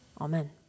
Amen